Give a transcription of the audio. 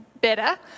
better